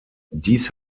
dies